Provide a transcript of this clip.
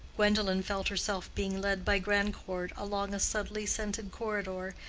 gwendolen felt herself being led by grandcourt along a subtly-scented corridor,